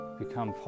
become